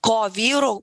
ko vyrų